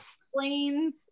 explains